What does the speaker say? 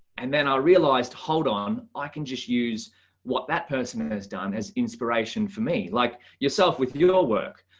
and then i realized, hold on, i can just use what that person has done as inspiration for me like yourself with your work,